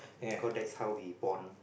cause that's how we bond